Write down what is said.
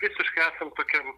visiškai esam tokiam